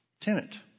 tenant